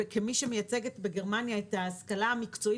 כמי שמייצגת בגרמניה את ההשכלה המקצועית